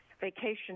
vacation